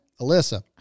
Alyssa